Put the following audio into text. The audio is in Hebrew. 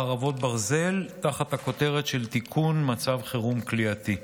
חרבות ברזל) (מצב חירום כליאתי)